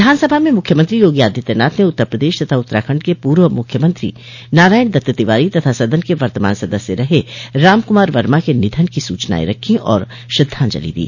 विधानसभा में मुख्यमंत्री योगी आदित्यनाथ ने उत्तर प्रदेश तथा उत्तराखंड के पूर्व मुख्यमंत्री नारायण दत्त तिवारी तथा सदन के वर्तमान सदस्य रह राम कुमार वर्मा के निधन की सूचनाएं रखी और श्रद्धाजंलि दी